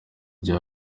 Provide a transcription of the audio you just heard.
gihe